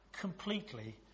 completely